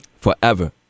Forever